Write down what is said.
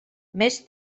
més